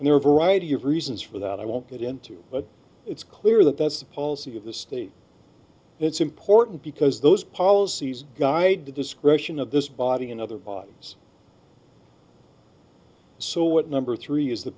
and there are a variety of reasons for that i won't get into but it's clear that that's the policy of the state it's important because those policies guide the discretion of this body and other bodies so what number three is the